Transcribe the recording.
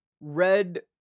red